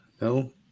No